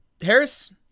Harris